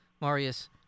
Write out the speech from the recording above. Marius